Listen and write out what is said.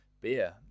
beer